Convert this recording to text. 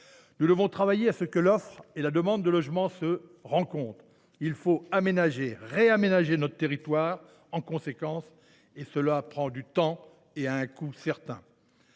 Nous devons travailler à ce que l’offre et la demande de logements se rencontrent. Il faut aménager et réaménager notre territoire en conséquence. Cela prendra du temps et aura un coût certain.